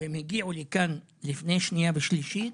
והם הגיעו לכאן לפני הקריאה השנייה והשלישית